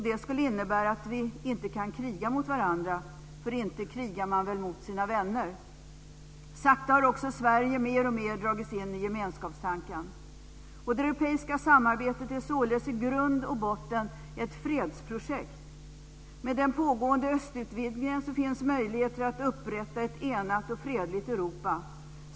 Det skulle innebära att vi inte kan kriga mot varandra. För inte krigar man väl mot sina vänner? Sakta har också Sverige mer och mer dragits in i gemenskapstanken. Det europeiska samarbetet är således i grund och botten ett fredsprojekt. Med den pågående östutvidgningen finns möjligheter att upprätta ett enat och fredligt Europa.